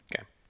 Okay